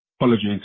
Apologies